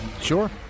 Sure